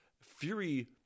Fury